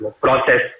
process